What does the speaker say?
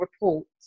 reports